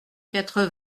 quatre